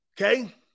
Okay